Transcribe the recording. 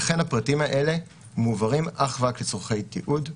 לכן, הפרטים העלה מועברים אך ורק לצורכי תיעוד,